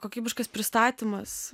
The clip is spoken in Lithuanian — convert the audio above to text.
kokybiškas pristatymas